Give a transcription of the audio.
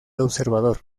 observador